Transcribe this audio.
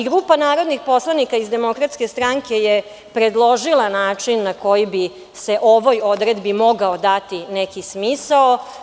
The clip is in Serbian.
Grupa narodnih poslanika iz DS je predložila način na koji bi se ovoj odredbi mogao dati neki smisao.